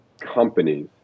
companies